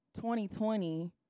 2020